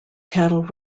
cattle